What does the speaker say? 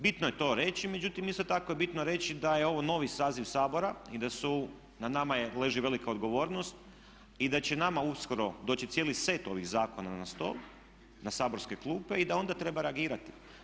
Bitno je to reći, međutim isto tako je bitno reći da je ovo novi saziv Sabora i da na nama leži velika odgovornost i da će nama uskoro doći cijeli set ovih zakona na stol, na saborske klupe i da onda treba reagirati.